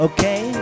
Okay